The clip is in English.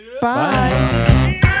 Bye